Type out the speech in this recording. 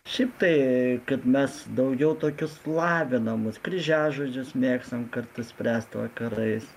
šiaip tai kad mes daugiau tokius lavinamus kryžiažodžius mėgstam kartu spręst vakarais